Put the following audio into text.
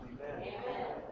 Amen